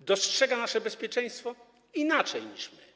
dostrzega nasze bezpieczeństwo inaczej niż my.